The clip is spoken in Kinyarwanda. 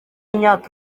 imyaka